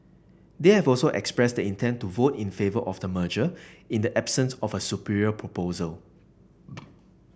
they have also expressed the intent to vote in favour of the merger in the absence of a superior proposal